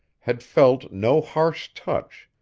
had felt no harsh touch,